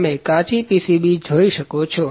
તમે કાચી પીસીબી જોઈ શકો છો